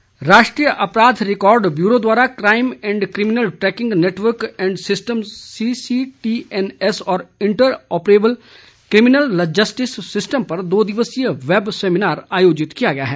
babe seminar राष्ट्रीय अपराध record bureau द्वारा crime and criminal tracking network and systems CCTNS और interoperable criminal justice system पर दो दिवसीय बैब सेमिनार आयोजित किया गया है